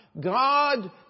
God